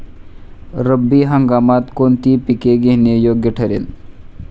रब्बी हंगामात कोणती पिके घेणे योग्य ठरेल?